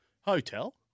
Hotel